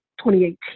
2018